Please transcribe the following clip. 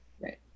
Right